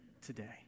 today